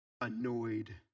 annoyed